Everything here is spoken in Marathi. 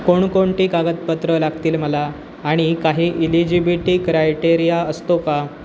कोणकोणती कागदपत्रं लागतील मला आणि काही इलिजिबिटी क्रायटेरिया असतो का